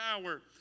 power